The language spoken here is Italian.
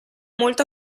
molto